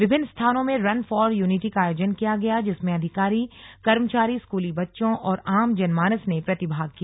विभिन्न स्थानों में रन फॉर यूनिटी का आयोजन किया गया जिसमें अधिकारी कर्मचारी स्कूली बच्चों और आम जनमानस ने प्रतिभाग किया